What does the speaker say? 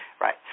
Right